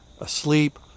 asleep